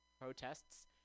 protests